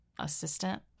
assistant